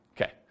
Okay